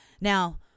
Now